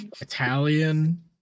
Italian